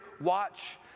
watch